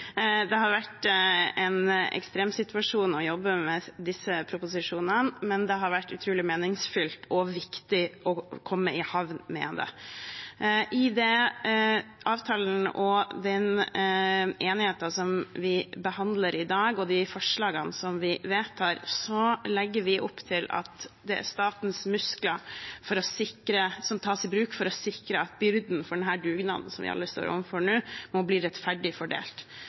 Det har vært en ekstrem situasjon å jobbe med disse proposisjonene, men det har vært utrolig meningsfylt og viktig å komme i havn med det. I avtalen – og den enigheten – som vi behandler i dag, og i de forslagene som vi vedtar, legger vi opp til at det er statens muskler som tas i bruk for å sikre at byrdene med denne dugnaden som vi alle står overfor nå, må bli rettferdig fordelt.